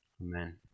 Amen